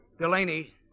Delaney